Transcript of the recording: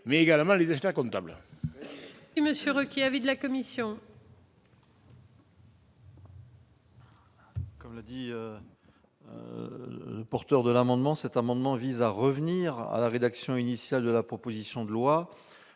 mais également les experts-comptables.